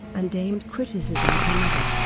and aimed criticism at her mother.